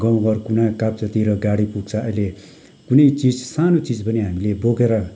गाउँ घर कुना काप्चातिर गाडी पुग्छ अहिले कुनै चिज सानो चिज पनि हामीले बोकेर